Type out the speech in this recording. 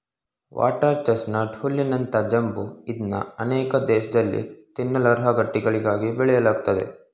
water chestnut ಹುಲ್ಲಿನಂತ ಜಂಬು ಇದ್ನ ಅನೇಕ ದೇಶ್ದಲ್ಲಿ ತಿನ್ನಲರ್ಹ ಗಡ್ಡೆಗಳಿಗಾಗಿ ಬೆಳೆಯಲಾಗ್ತದೆ